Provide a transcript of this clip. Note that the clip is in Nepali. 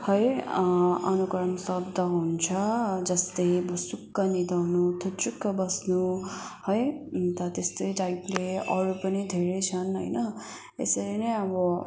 है अनुकरण शब्द हुन्छ जस्तै भुसुक्क निदाउनु थुचुक्क बस्नु है अन्त त्यस्तै टाइपले अरू पनि धेरै छन् होइन यसरी नै अब